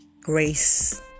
grace